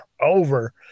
over